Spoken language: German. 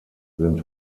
sind